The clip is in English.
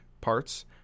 parts